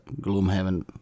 Gloomhaven